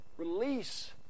Release